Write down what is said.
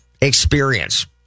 experience